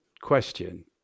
question